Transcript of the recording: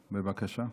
בבקשה.